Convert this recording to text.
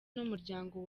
n’umuryango